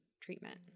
treatment